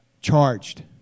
charged